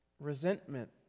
Resentment